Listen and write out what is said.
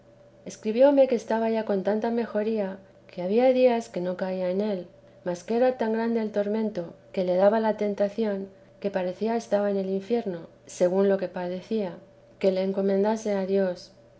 escribióme que estaba ya con tanta mejoría que había días que no caía en él mas que era tan grande el tormento que le daba la tentación que parecía estaba en el infierno según lo que padecía que le encomendase a dios